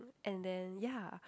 and then ya